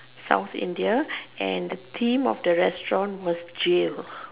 South India and the theme of the restaurant was jail